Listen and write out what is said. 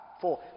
Four